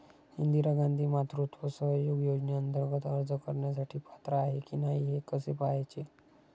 इंदिरा गांधी मातृत्व सहयोग योजनेअंतर्गत अर्ज करण्यासाठी पात्र आहे की नाही हे कसे पाहायचे?